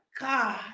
God